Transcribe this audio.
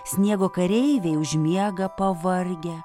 sniego kareiviai užmiega pavargę